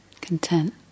Content